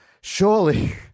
surely